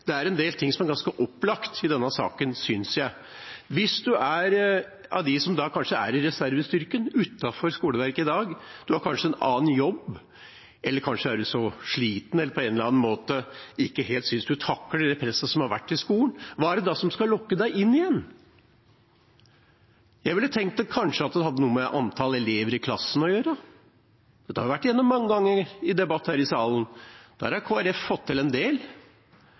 det er en del ting jeg synes er ganske opplagt i denne saken. Hvis en er blant dem som er i reservestyrken utenfor skoleverket i dag – en har kanskje en annen jobb, er sliten eller synes på en eller annen måte en ikke helt takler det presset som har vært i skolen – hva er det da som kan lokke en inn igjen? Jeg ville tenkt at det kanskje hadde noe å gjøre med antallet elever i klassen. Det har vi vært igjennom mange ganger i debatter her i salen. Der har Kristelig Folkeparti fått til en del.